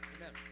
Amen